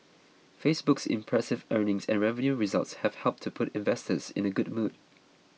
Facebook's impressive earnings and revenue results have helped to put investors in a good mood